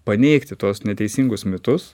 paneigti tuos neteisingus mitus